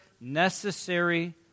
necessary